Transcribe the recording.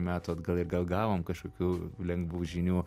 metų atgal ir gal gavom kažkokių lengvų žinių